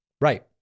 Right